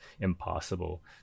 impossible